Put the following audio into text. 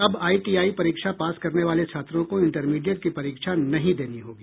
अब आईटीआई परीक्षा पास करने वाले छात्रों को इंटरमीडिएट की परीक्षा नहीं देनी होगी